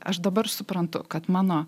aš dabar suprantu kad mano